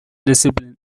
discipline